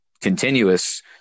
continuous